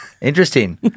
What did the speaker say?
Interesting